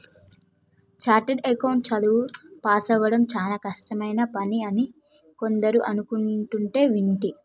chartered account చదువు పాసవ్వడం చానా కష్టమైన పని అని కొందరు అనుకుంటంటే వింటి